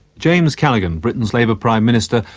james callaghan, britain's labour prime minister,